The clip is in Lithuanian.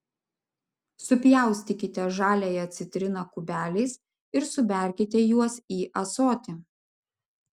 supjaustykite žaliąją citriną kubeliais ir suberkite juos į ąsotį